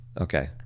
Okay